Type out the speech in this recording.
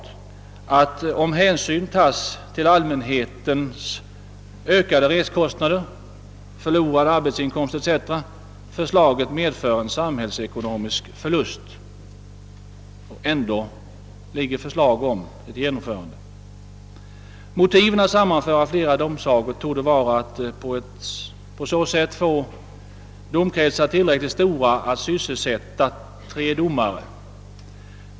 Om hänsyn tas till allmänhetens ökade resekostnader, förlorad arbetsinkomst etc., är det helt klart att förslaget medför en samhällsekonomisk förlust. Ändå vill man förorda att en sådan ordning skall införas. Syftet med att sammanföra flera domsagor torde vara att få domkretsar tillräckligt stora för att sysselsätta tre domare.